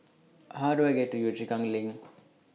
How Do I get to Yio Chu Kang LINK